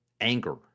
anger